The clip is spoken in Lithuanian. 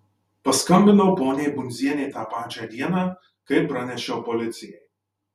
paskambinau poniai bundzienei tą pačią dieną kai pranešiau policijai